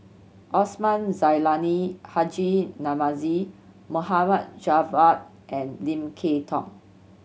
Osman Zailani Haji Namazie Mohd Javad and Lim Kay Tong